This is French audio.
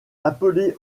appelée